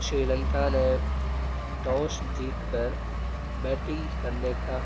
شری لنکا نے ٹاس جیت کر بیٹنگ کرنے کا